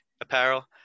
apparel